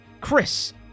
Chris